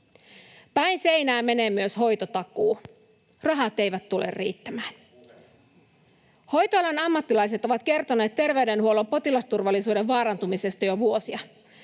Päin seinää menee myös hoitotakuu. Rahat eivät tule riittämään. Hoitoalan ammattilaiset ovat kertoneet terveydenhuollon potilasturvallisuuden vaarantumisesta jo vuosia.